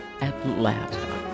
Atlanta